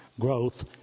growth